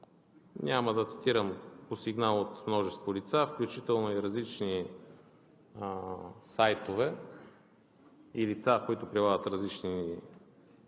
Няма да цитирам, по сигнал от множество лица, включително и различни сайтове и лица, които прилагат различни материали